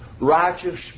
Righteous